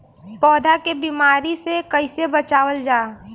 पौधा के बीमारी से कइसे बचावल जा?